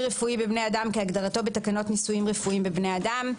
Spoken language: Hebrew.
רפואי בבני אדם" כהגדרתו בתקנות ניסויים רפואיים בבני אדם,